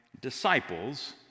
disciples